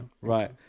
right